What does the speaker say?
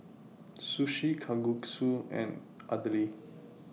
Sushi Kalguksu and Idili